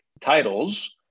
titles